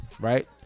Right